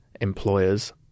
employers